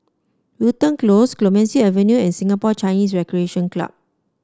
Wilton Close Clemenceau Avenue and Singapore Chinese Recreation Club